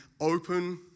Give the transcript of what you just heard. open